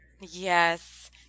yes